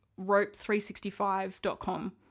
rope365.com